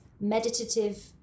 meditative